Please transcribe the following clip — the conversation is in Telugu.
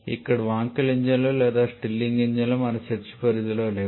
ఇక్కడ వాంకెల్ ఇంజన్లు లేదా స్టిర్లింగ్ ఇంజన్లు మన చర్చ పరిధిలో లేవు